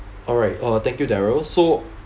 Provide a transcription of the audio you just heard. alright uh thank you darrel so